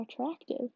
attractive